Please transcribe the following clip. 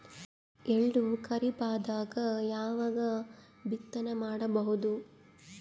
ಎಳ್ಳು ಖರೀಪದಾಗ ಯಾವಗ ಬಿತ್ತನೆ ಮಾಡಬಹುದು?